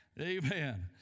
Amen